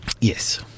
Yes